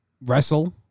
wrestle